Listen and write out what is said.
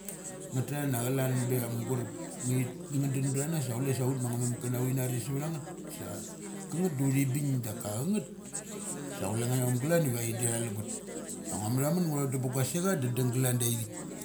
Nga tha na chalan be mugurup. Ngi, nga thi dun bthana sa chule sa ut ma mamuk kana sauthi na ri savtha ngeth da uthi bing daka cha ngeth, sa chule ngaiom galan dik indtha lugut. Sa ngua ma tha mun ngu tho dum ba gua secha da da dung glan da ithik.